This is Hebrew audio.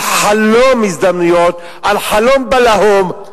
על חלום הזדמנויות, על חלום בלהות,